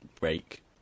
break